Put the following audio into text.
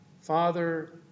Father